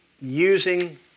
using